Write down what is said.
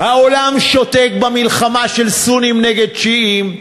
העולם שותק במלחמה של סונים נגד שיעים,